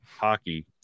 hockey